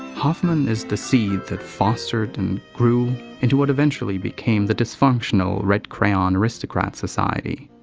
hoffman is the seed that fostered and grew into what eventually became the dysfunctional red crayon aristocrat society.